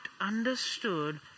understood